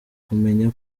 kumenya